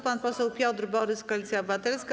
Pan poseł Piotr Borys, Koalicja Obywatelska.